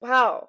Wow